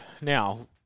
now